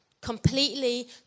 completely